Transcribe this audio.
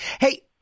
hey